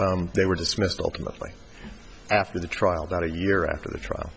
they were dismissed ultimately after the trial that a year after the trial